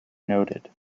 noted